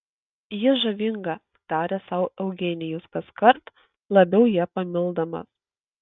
ji žavinga tarė sau eugenijus kaskart labiau ją pamildamas